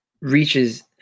reaches